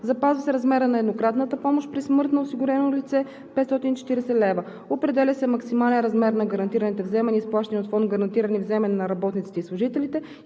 запазва се размерът на еднократната помощ при смърт на осигурено лице – 540 лв.; - определя се максимален размер на гарантираните вземания, изплащани от Фонд „Гарантирани вземания на работниците и служителите“